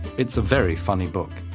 it's a very funny book.